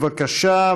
בבקשה,